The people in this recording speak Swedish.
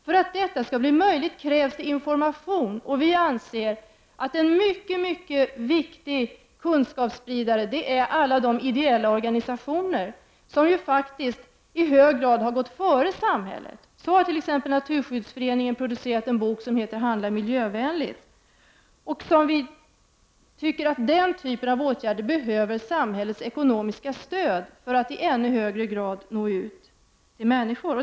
För att detta skall bli möjligt krävs det information, och vi i vpk anser att en mycket viktig kunskapsspridare är alla de ideella organisationer som i hög grad har gått före samhället. Så har t.ex. Naturskyddsföreningen producerat en bok som heter Handla miljövänligt, och den typen av åtgärder behöver samhällets ekonomiska stöd för att i ännu högre grad nå ut till människor.